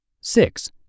Six